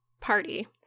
party